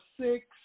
six